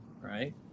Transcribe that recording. right